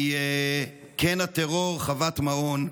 מקן הטרור חוות מעון,